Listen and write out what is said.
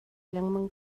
lengmang